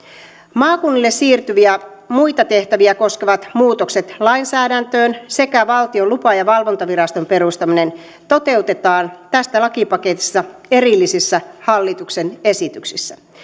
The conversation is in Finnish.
maakunnille siirtyviä muita tehtäviä koskevat muutokset lainsäädäntöön sekä valtion lupa ja valvontaviraston perustaminen toteutetaan tästä lakipaketista erillisissä hallituksen esityksissä